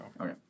Okay